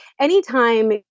anytime